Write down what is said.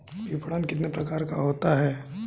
विपणन कितने प्रकार का होता है?